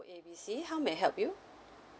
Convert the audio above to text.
A B C how may I help you